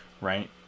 right